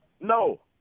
No